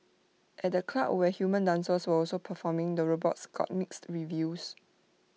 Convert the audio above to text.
at the club where human dancers were also performing the robots got mixed reviews